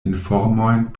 informojn